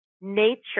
nature